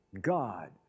God